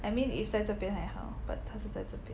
I mean if 在这边还好 but 她是在这边